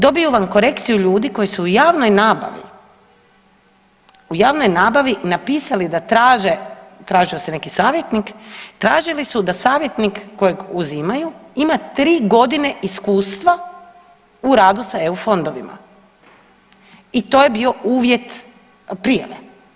Dobiju vam korekciju ljudi koji su u javnoj nabavi, u javnoj nabavi napisali da tražio se neki savjetnik, tražili su da savjetnik kojeg uzimaju ima tri godine iskustva u radu sa EU fondovima i to je bio uvjet prijave.